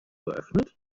geöffnet